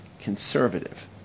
conservative